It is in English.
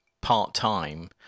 part-time